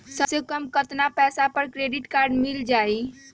सबसे कम कतना पैसा पर क्रेडिट काड मिल जाई?